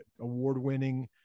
award-winning